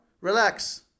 relax